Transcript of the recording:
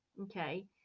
okay